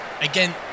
Again